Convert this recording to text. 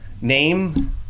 Name